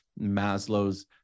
Maslow's